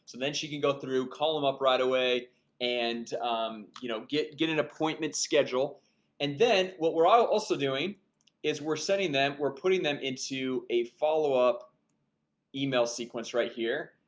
so then she can go through call them up right away and um you know get get an appointment schedule and then what we're also doing is we're setting them we're putting them into a follow-up email sequence right here.